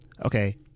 okay